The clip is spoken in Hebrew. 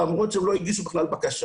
למרות שהם לא הגישו בכלל בקשה,